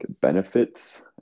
benefits